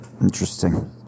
Interesting